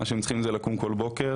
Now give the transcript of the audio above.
מה שהם צריכים זה לקום כל בוקר,